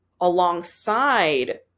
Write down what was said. alongside